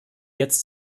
jetzt